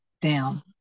down